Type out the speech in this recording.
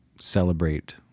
celebrate